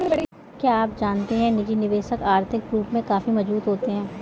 क्या आप जानते है निजी निवेशक आर्थिक रूप से काफी मजबूत होते है?